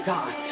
God